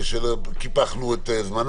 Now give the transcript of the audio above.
אני אתן את רשות הדיבור